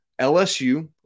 LSU